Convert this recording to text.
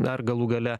ar galų gale